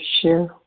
share